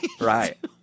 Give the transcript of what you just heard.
Right